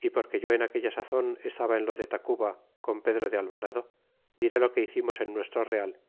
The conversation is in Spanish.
y porque yo en aquella sazon estaba en lo de tacuba con pedro de alvarado diré lo que hicimos en nuestro real